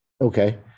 Okay